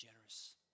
generous